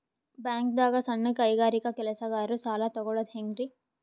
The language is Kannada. ಬ್ಯಾಂಕ್ದಾಗ ಸಣ್ಣ ಕೈಗಾರಿಕಾ ಕೆಲಸಗಾರರು ಸಾಲ ತಗೊಳದ್ ಹೇಂಗ್ರಿ?